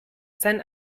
seinen